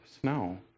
snow